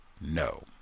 no